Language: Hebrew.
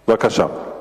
בבקשה.